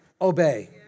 obey